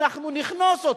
אנחנו נקנוס אותו.